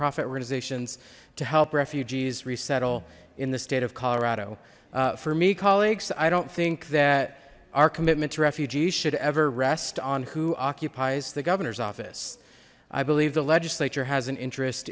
nonprofit organizations to help refugees resettle in the state of colorado for me colleagues i don't think that our commitment to refugees should ever rest on who occupies the governor's office i believe the legislature has an interest